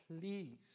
please